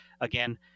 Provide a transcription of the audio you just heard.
again